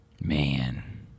Man